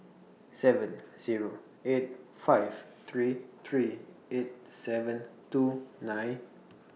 seven Zero eight five three three eight seven two nine